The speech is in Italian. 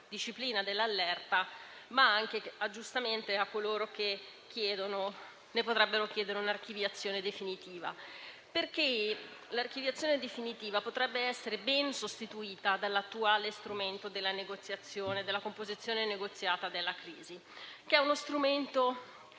dell'allerta, ma anche giustamente a coloro che ne potrebbero chiedere un'archiviazione definitiva. Quest'ultima infatti potrebbe essere ben sostituita dall'attuale strumento della composizione negoziata della crisi; uno strumento